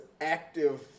active